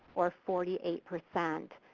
or forty eight percent,